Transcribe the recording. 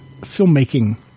filmmaking